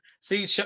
See